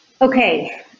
Okay